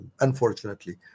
Unfortunately